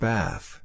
Bath